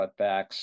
cutbacks